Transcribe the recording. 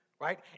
right